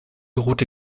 rote